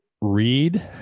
read